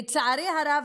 לצערי הרב,